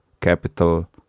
capital